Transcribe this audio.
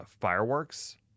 Fireworks